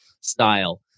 style